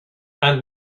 and